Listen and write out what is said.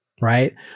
Right